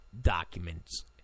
documents